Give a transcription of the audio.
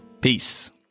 Peace